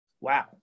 Wow